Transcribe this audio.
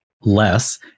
less